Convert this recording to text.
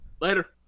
Later